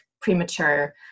premature